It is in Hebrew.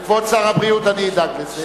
כבוד שר הבריאות, אני אדאג לזה.